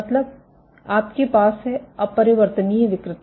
मतलब आपके पास है अपरिवर्तनीय विकृति